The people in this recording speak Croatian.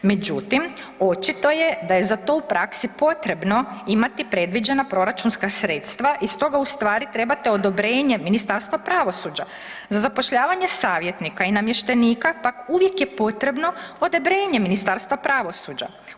Međutim, očito je da je za to u praksi potrebno imati predviđena proračunska sredstva i stoga u stvari trebate odobrenje Ministarstva pravosuđa za zapošljavanje savjetnika i namještenika, uvijek je potrebno odobrenje Ministarstva pravosuđa.